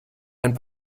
ein